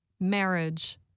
Marriage